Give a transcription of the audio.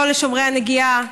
לא לשומרי הנגיעה,